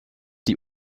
die